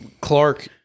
Clark